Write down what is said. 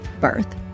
birth